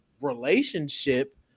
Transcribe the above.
relationship